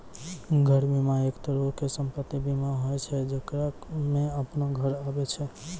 घर बीमा, एक तरहो के सम्पति बीमा होय छै जेकरा मे अपनो घर आबै छै